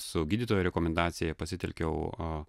su gydytojo rekomendacija pasitelkiau a